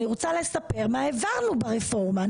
אני רוצה לספר מה העברנו ברפורמה.